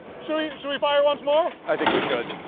should we and should we fire once more? i think we should.